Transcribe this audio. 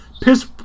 piss